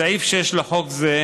בסעיף 6 לחוק זה,